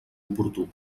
oportú